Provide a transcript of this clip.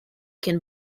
can